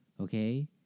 okay